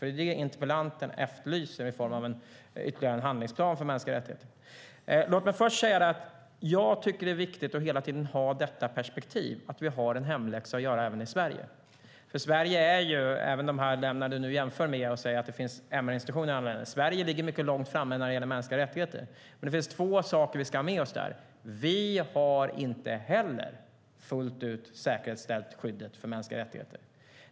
Det är det interpellanten efterlyser i form av ytterligare en handlingsplan för mänskliga rättigheter. Låt mig först säga att jag tycker att det är viktigt att hela tiden ha detta perspektiv, att vi har en hemläxa att göra även i Sverige. Du jämför med länder och säger att det finns MR-institutioner i andra länder. Sverige ligger mycket långt framme när det gäller mänskliga rättigheter, men det finns två saker vi ska ha med oss där. Det ena är att vi inte heller fullt ut har säkerställt skyddet för mänskliga rättigheter.